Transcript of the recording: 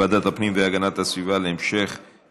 לוועדת הפנים והגנת הסביבה נתקבלה.